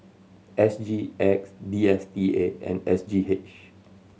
S G X D S T A and S G H